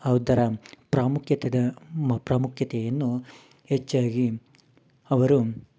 ಅವ್ದರ ಪ್ರಾಮುಖ್ಯತೆದ ಮ ಪ್ರಾಮುಖ್ಯತೆಯನ್ನು ಹೆಚ್ಚಾಗಿ ಅವರು